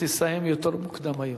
כהצעה לסדר-היום,